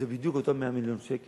זה בדיוק אותם 100 מיליון שקל